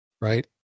right